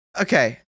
Okay